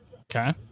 Okay